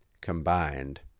combined